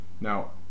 Now